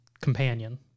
companion